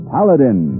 Paladin